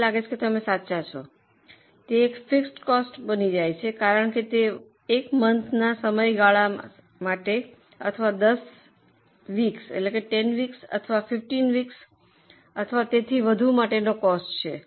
મને લાગે છે કે તમે સાચા છો તે એક ફિક્સડ કોસ્ટ બની જાય છે કારણ કે તે 1 મનથના સમયગાળા માટે અથવા 10 વિક્સ અથવા 15 વિક્સ અથવા તેથી વધુ માટેનો કોસ્ટ છે